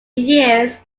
years